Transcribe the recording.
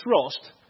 trust